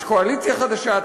יש קואליציה חדשה,